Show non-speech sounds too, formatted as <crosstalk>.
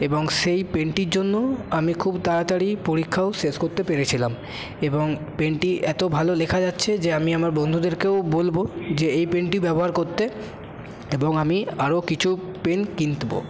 এবং সেই পেনটির জন্য আমি খুব তাড়াতাড়ি পরীক্ষাও শেষ করতে পেরেছিলাম এবং পেনটি এতো ভালো লেখা যাচ্ছে যে আমি আমার বন্ধুদেরকেও বলবো যে এই পেনটি ব্যবহার করতে এবং আমি আরও কিছু পেন <unintelligible>